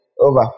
over